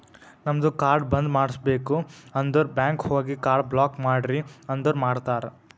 ನಮ್ದು ಕಾರ್ಡ್ ಬಂದ್ ಮಾಡುಸ್ಬೇಕ್ ಅಂದುರ್ ಬ್ಯಾಂಕ್ ಹೋಗಿ ಕಾರ್ಡ್ ಬ್ಲಾಕ್ ಮಾಡ್ರಿ ಅಂದುರ್ ಮಾಡ್ತಾರ್